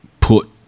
put